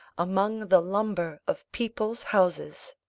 among the lumber of people's houses.